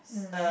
mm